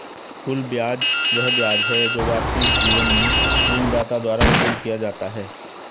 कुल ब्याज वह ब्याज है जो वास्तविक जीवन में ऋणदाता द्वारा वसूल किया जाता है